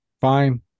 Fine